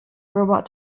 robot